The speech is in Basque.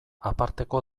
aparteko